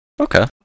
Okay